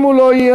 אם הוא לא יהיה,